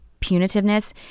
punitiveness